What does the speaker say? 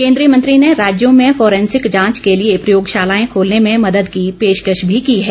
केंद्रीय मंत्री ने राज्यों में फोरेंसिक जांच के लिए प्रयोगशालाएं खोलने में मदद की पेशकश भी की है